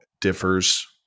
differs